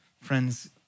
Friends